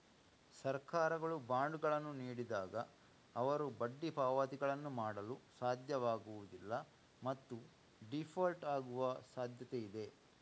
ಸರ್ಕಾರಗಳು ಬಾಂಡುಗಳನ್ನು ನೀಡಿದಾಗ, ಅವರು ಬಡ್ಡಿ ಪಾವತಿಗಳನ್ನು ಮಾಡಲು ಸಾಧ್ಯವಾಗುವುದಿಲ್ಲ ಮತ್ತು ಡೀಫಾಲ್ಟ್ ಆಗುವ ಸಾಧ್ಯತೆಯಿದೆ